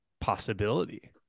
possibility